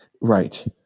Right